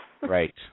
Right